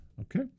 okay